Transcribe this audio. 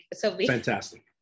Fantastic